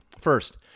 First